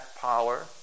power